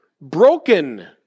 broken